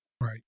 Right